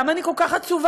למה אני כל כך עצובה.